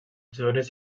zones